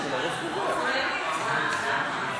ההצעה להעביר את הנושא לוועדה